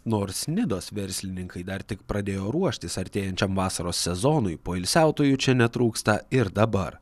nors nidos verslininkai dar tik pradėjo ruoštis artėjančiam vasaros sezonui poilsiautojų čia netrūksta ir dabar